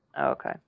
okay